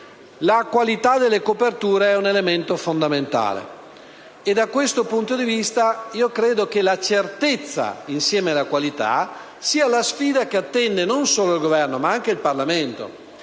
la qualità delle coperture è un elemento fondamentale. Da questo punto di vista credo che la certezza, insieme alla qualità, sia la sfida che attende non solo il Governo, ma anche il Parlamento.